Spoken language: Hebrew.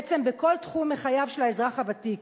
בעצם בכל תחום מחייו של האזרח הוותיק.